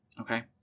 Okay